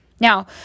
Now